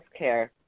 healthcare